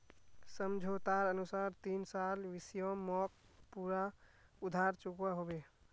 समझोतार अनुसार तीन साल शिवम मोक पूरा उधार चुकवा होबे